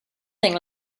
thing